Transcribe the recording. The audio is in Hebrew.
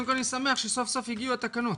אני שמח שסוף סוף הגיעו התקנות.